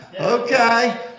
Okay